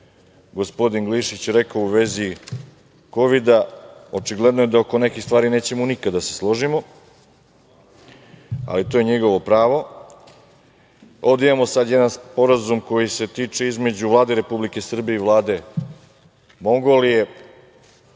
gospodin Glišić rekao u vezi kovida. Očigledno je da oko nekih stvari nećemo nikada da se složimo, ali to je njegovo pravo. Ovde imamo jedan sporazum između Vlade Republike Srbije i Vlade Mongolije.